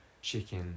chicken